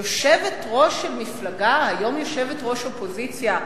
יושבת-ראש של מפלגה, היום יושבת-ראש אופוזיציה,